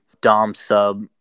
dom-sub